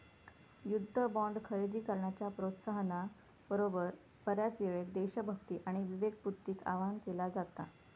युद्ध बॉण्ड खरेदी करण्याच्या प्रोत्साहना बरोबर, बऱ्याचयेळेक देशभक्ती आणि विवेकबुद्धीक आवाहन केला जाता